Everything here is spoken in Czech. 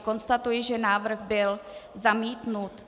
Konstatuji, že návrh byl zamítnut.